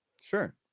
Sure